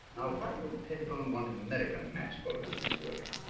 why would pettibone want american match folders in his work?